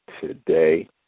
today